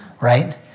Right